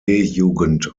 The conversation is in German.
jugend